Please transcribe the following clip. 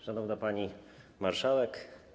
Szanowna Pani Marszałek!